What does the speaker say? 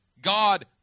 God